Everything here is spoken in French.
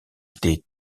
des